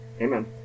Amen